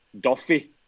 Duffy